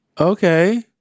okay